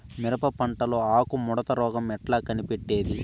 మిరప పంటలో ఆకు ముడత రోగం ఎట్లా కనిపెట్టేది?